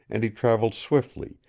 and he traveled swiftly,